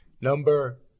Number